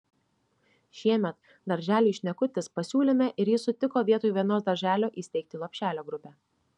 šiemet darželiui šnekutis pasiūlėme ir jis sutiko vietoj vienos darželio įsteigti lopšelio grupę